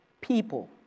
People